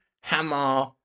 hammer